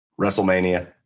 WrestleMania